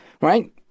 Right